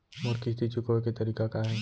मोर किस्ती चुकोय के तारीक का हे?